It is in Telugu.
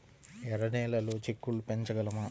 ఎర్ర నెలలో చిక్కుళ్ళు పెంచగలమా?